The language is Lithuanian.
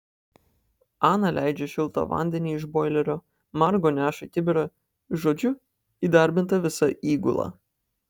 ana leidžia šiltą vandenį iš boilerio margo neša kibirą žodžiu įdarbinta visa įgula